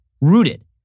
rooted